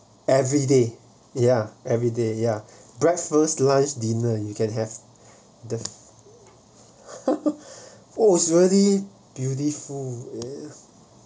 everyday ya everyday ya breakfast lunch dinner you can have the oh surely beautiful ya